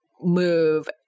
move